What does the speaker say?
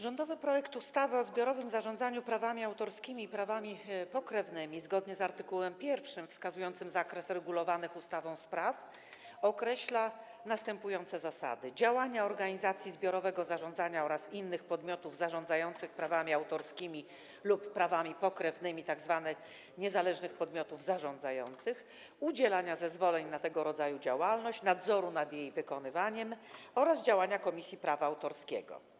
Rządowy projekt ustawy o zbiorowym zarządzaniu prawami autorskimi i prawami pokrewnymi zgodnie z art. 1, wskazującym zakres regulowanych ustawą spraw, określa zasady: działania organizacji zbiorowego zarządzania oraz innych podmiotów zarządzających prawami autorskimi lub prawami pokrewnymi, tzw. niezależnych podmiotów zarządzających; udzielania zezwoleń na tego rodzaju działalność; nadzoru nad jej wykonywaniem oraz działania Komisji Prawa Autorskiego.